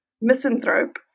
misanthrope